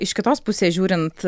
iš kitos pusės žiūrint